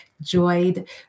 joyed